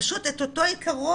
פשוט את אותו עיקרון.